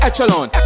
Echelon